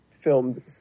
filmed